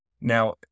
Now